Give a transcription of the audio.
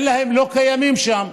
הם לא קיימים שם,